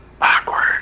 Awkward